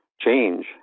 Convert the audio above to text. change